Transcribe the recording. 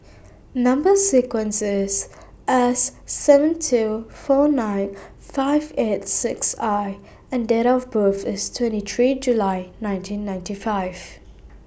Number sequence IS S seven two four nine five eight six I and Date of birth IS twenty three July nineteen ninety five